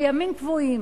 בימים קבועים,